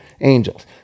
angels